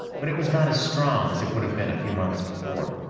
but it was not as strong as it would have been a few months before.